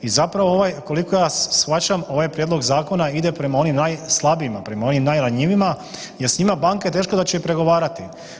I zapravo ovaj, koliko ja shvaćam ovaj prijedlog zakona ide prema onima najslabijima, prema onima najranjivijima jer s njima banke teško da će i pregovarati.